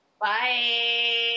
Bye